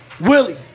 Willie